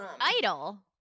idol